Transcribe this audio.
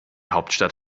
hauptstadt